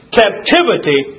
captivity